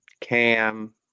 Cam